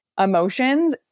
emotions